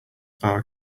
are